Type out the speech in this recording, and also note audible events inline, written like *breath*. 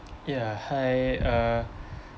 ya hi uh *breath*